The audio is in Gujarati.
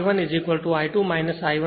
તેથી જ તે V1 V2 I1 I2 I1 V2 છે